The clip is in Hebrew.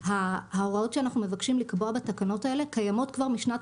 ההוראות שאנחנו מבקשים לקבוע בתקנות האלה קיימות כבר משנת